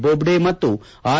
ಬೋಬ್ಡೆ ಮತ್ತು ಆರ್